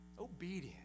Obedience